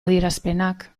adierazpenak